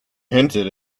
hinted